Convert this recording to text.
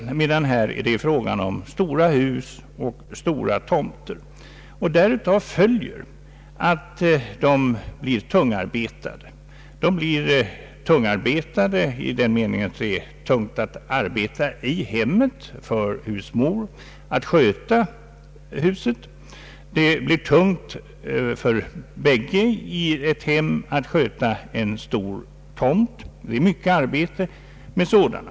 Här gäller frågan stora hus och stora tomter. Därav följer att de blir tungarbetade. Inte minst blir det tungt för husmor att arbeta i hemmet och sköta huset. Det blir tungt att sköta ett stort hus och en stor tomt. Det är mycket arbete med sådana.